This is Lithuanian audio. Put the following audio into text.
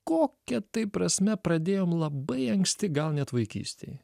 kokia tai prasme pradėjom labai anksti gal net vaikystėj